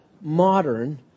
modern